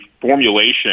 formulation